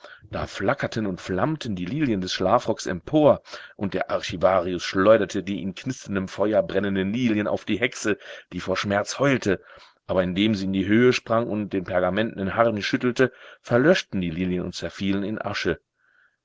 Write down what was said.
da flackerten und flammten die lilien des schlafrocks empor und der archivarius schleuderte die in knisterndem feuer brennenden lilien auf die hexe die vor schmerz heulte aber indem sie in die höhe sprang und den pergamentnen harnisch schüttelte verlöschten die lilien und zerfielen in asche